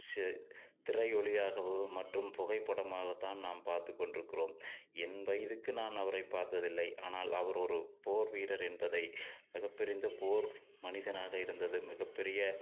சரி திரை ஒளியாகவோ மற்றும் புகைப்படமாகத்தான் நாம் பார்த்து கொண்டிருக்கிறோம் என் வயதுக்கு நான் அவரை பார்த்ததில்லை ஆனால் அவர் ஒரு போர் வீரர் என்பதை போர் மனிதனாக இருந்தது மிகப்பெரிய